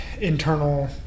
internal